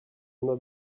under